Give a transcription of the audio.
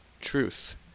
truth